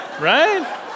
Right